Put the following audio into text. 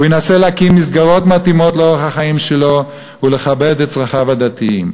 הוא ינסה להקים מסגרות מתאימות לאורח החיים שלו ולכבד את צרכיו הדתיים.